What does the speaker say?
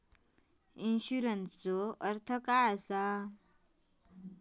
इन्शुरन्सचो अर्थ काय असा?